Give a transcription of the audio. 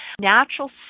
natural